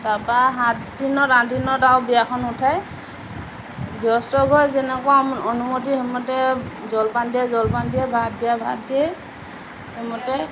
তাৰপৰা সাত দিনত আঠ দিনত আৰু বিয়াখন উঠাই গৃহস্থ ঘৰ যেনেকুৱা অনুমতি সেইমতে জলপান দিয়াই জলপান দিয়ে ভাত দিয়াই ভাত দিয়ে সেইমতে